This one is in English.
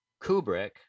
Kubrick